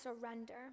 surrender